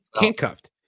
handcuffed